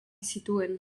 zituen